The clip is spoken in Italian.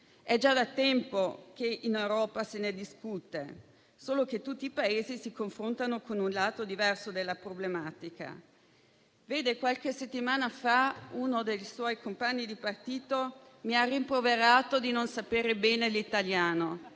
È già da tempo che in Europa se ne discute, solo che tutti i Paesi si confrontano con un lato diverso della problematica. Vede, qualche settimana fa uno dei suoi compagni di partito mi ha rimproverato di non sapere bene l'italiano.